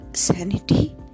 Sanity